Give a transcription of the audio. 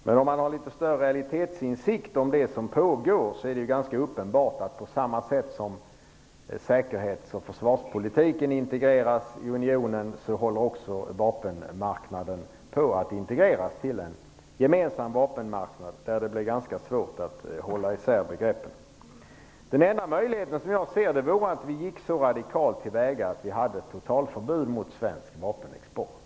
Men om man har en litet större realitetsinsikt om det som pågår, är det ganska uppenbart att på samma sätt som säkerhets och försvarspolitiken integreras i unionen håller också vapenmarknaden på att integreras till en gemensam vapenmarknad, där det blir ganska svårt att hålla isär begreppen. Den enda möjligheten vore, som jag ser saken, att vi gick så radikalt till väga att vi hade totalförbud mot svensk vapenexport.